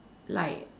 like